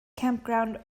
campground